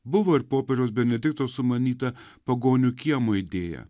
buvo ir popiežiaus benedikto sumanyta pagonių kiemo idėja